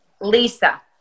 Lisa